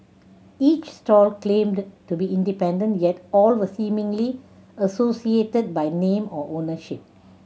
each stall claimed to be independent yet all were seemingly associated by name or ownership